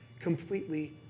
completely